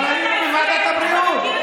אבל היינו בוועדת הבריאות, שיין.